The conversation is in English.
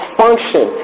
function